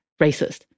racist